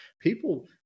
people